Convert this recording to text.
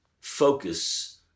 focus